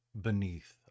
beneath